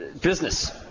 Business